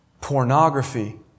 pornography